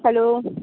hello